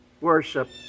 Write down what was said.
worship